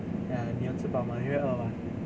ya 妳有吃饱吗妳会饿吗